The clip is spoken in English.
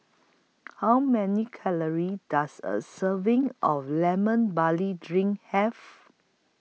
How Many Calories Does A Serving of Lemon Barley Drink Have